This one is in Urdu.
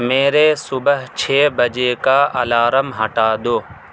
میرے صبح چھ بجے کا الارم ہٹا دو